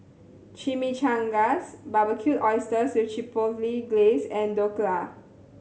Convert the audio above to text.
Chimichangas Barbecued Oysters with Chipotle Glaze and Dhokla